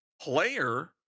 player